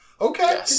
Okay